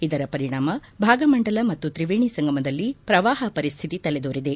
ಇದರ ಪರಿಣಾಮ ಭಾಗಮಂಡಲ ಮತ್ತು ತ್ರಿವೇಣಿ ಸಂಗಮದಲ್ಲಿ ಪ್ರವಾಹ ಪರಿಸ್ಕಿತಿ ತಲೆದೋರಿದೆ